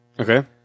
Okay